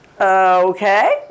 Okay